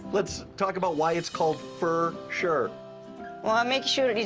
let's talk about why it's called fur sure. well, i make sure